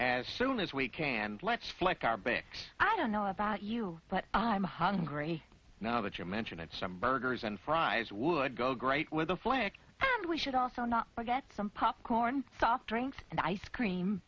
as soon as we can let's flex our bank i don't know about you but i'm hungry now that you mention it some burgers and fries would go great with aflac and we should also not forget some popcorn soft drinks and ice cream